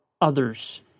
others